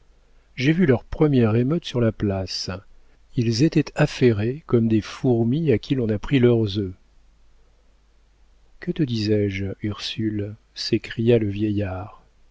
j'ai vu leur première émeute sur la place ils étaient affairés comme des fourmis à qui l'on a pris leurs œufs que te disais-je ursule s'écria le vieillard